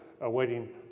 awaiting